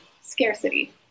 scarcity